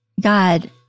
God